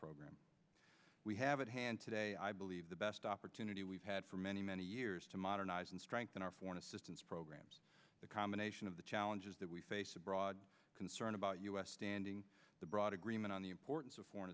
program we have at hand today i believe the best opportunity we've had for many many years to modernize and strengthen our foreign assistance programs the combination of the challenges that we face abroad concern about us standing the broad agreement on the importance of foreign